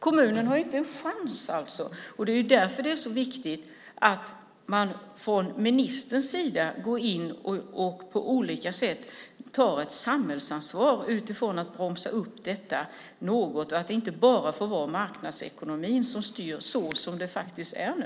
Kommunen har inte en chans, och det är därför det är så viktigt att ministern på olika sätt går in och tar ett samhällsansvar när det gäller att bromsa detta något så att det inte bara får vara marknadsekonomin som styr så som det faktiskt är nu.